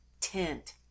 tent